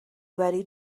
wedi